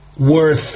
worth